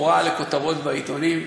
ותפאורה לכותרות בעיתונים,